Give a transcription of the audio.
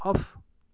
off